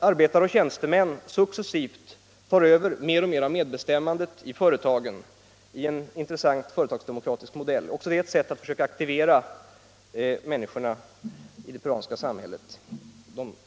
Arbetare och tjänstemän tar successivt över mer och mer av bestämmandet i företagen i en intressant företagsdemokratisk modell — också det ett försök att aktivera de fattigare folkgrupperna i det peruanska samhället.